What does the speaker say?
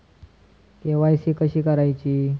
KYC कशी करायची?